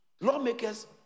lawmakers